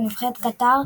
ונבחרת קטר,